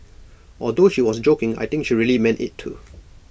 although she was joking I think she really meant IT too